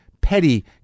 petty